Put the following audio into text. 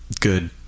good